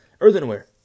earthenware